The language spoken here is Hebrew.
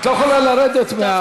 את יכולה להמשיך את הנאום,